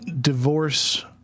divorce